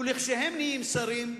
וכשהם נהיים שרים,